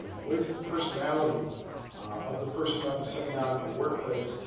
what is the personality of the person that i'm sending out into the workplace,